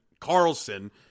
Carlson